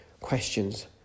questions